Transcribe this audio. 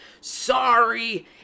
Sorry